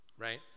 right